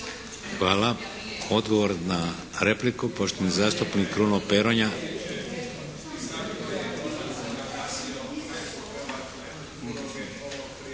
Hvala. Odgovor na repliku poštovani zastupnik Kruno Peronja.